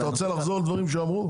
אתה רוצה לחזור על דברים שאמרו?